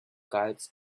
guides